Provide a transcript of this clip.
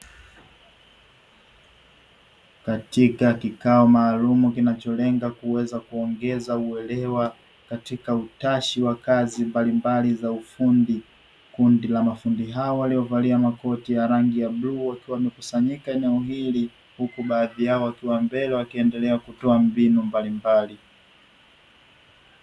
Katika kikao maalumu kinacholenga kuweza kuongeza uelewa katika utashi wa kazi mbalimbali za ufundi, kundi la mafundi hawa waliovalia makoti ya rangi ya bluu wakiwa wamekusanyika eneo hili, huku baadhi yao wakiwa mbele wakiendelea kutoa mbinu mbalimbali.